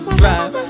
drive